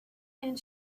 and